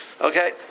Okay